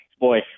boy